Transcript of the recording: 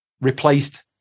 replaced